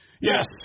Yes